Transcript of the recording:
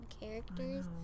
characters